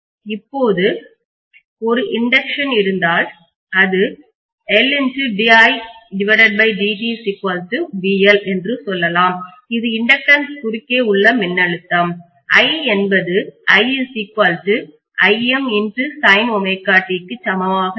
இப்போது 1 இன்டக்டன்ஸ்தூண்டல் இருந்தால் அது என்று சொல்லலாம் இது இன்டக்டன்ஸ் குறுக்கே உள்ள மின்னழுத்தம் i என்பது க்கு சமமாக இருக்கும்